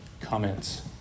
comments